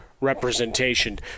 representation